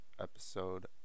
episode